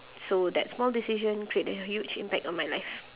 so that small decision create a huge impact on my life